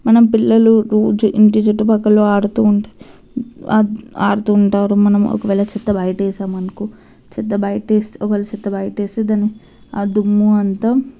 మనం పిల్లలు రోజు ఇంటి చుట్టుపక్కల ఆడుతూ ఉంటారు ఆడుతూ ఉంటారు మనం ఒకవేళ చెత్త బయట వేసామనుకో చెత్త బయటేస్తే ఒకవేళ చెత్త బయటేస్తే దాన్ని ఆ దుమ్ము అంతా